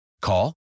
Call